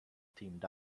teamed